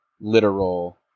literal